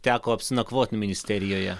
teko apsinakvoti ministerijoje